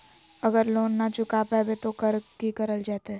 अगर लोन न चुका पैबे तो की करल जयते?